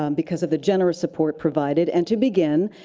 um because of the generous support provided. and to begin,